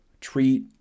treat